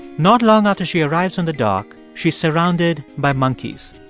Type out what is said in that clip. not long after she arrives on the dock, she's surrounded by monkeys.